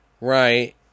Right